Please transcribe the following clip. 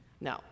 No